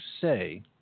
say